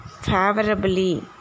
favorably